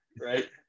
Right